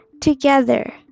together